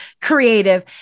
creative